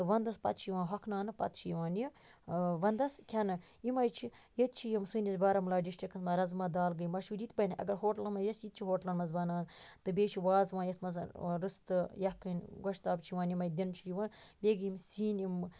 تہٕ وَندَس پَتہٕ چھِ یِوان ہۄکھناونہٕ پَتہٕ چھِ یِوان یہِ وَندَس کھیٚنہٕ یِمے چھِ ییٚتہِ چھِ یِم سٲنِس بارامُلا ڈِسٹرکَس مَنٛز رازما دال گیٚیہِ مَشہور یہِ تہِ بَنہِ اگر ہوٹلَن مَنٛز یَژھِ یہِ تہِ چھِ ہوٹلَن مَنٛز بَنان تہٕ بیٚیہِ چھُ وازوان یتھ مَنٛز رِستہٕ یَکھٕنۍ گۄشتاب چھِ یِوان یِمے دٕنہٕ چھِ یِوان بیٚیہِ گیٚیہِ یِم سیِن یِم